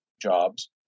jobs